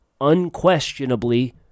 unquestionably